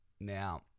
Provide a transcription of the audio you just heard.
Now